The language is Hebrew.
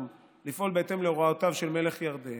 לפעול בהתאם להוראותיו של מלך ירדן,